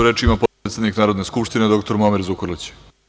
Reč ima potpredsednik Narodne skupštine dr Muamer Zukorlić.